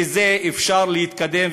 בזה אפשר להתקדם,